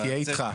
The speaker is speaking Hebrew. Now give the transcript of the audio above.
איתך.